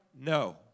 no